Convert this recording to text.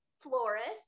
florist